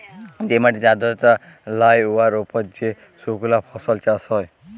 যে মাটিতে আর্দ্রতা লাই উয়ার উপর যে সুকনা ফসল চাষ হ্যয়